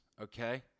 okay